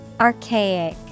Archaic